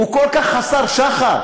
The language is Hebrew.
הוא כל כך חסר שחר.